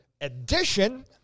edition